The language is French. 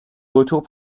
retour